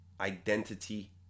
identity